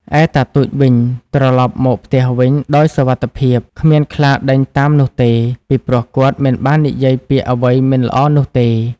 ឯតាទូចវិញត្រឡប់មកផ្ទះវិញដោយសុវត្តិភាព គ្មានខ្លាដេញតាមនោះទេ ពីព្រោះគាត់មិនបាននិយាយពាក្យអ្វីមិនល្អនោះទេ។